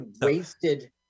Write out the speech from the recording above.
wasted